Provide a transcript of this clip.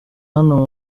hano